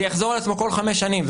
זה יחזור על עצמו כל חמש שנים.